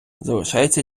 залишається